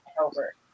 over